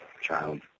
child